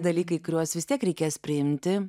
dalykai kuriuos vis tiek reikės priimti